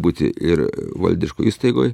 būti ir valdiškoj įstaigoj